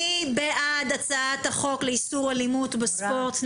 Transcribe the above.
מי בעד הצעת החוק לאיסור אלימות בספורט?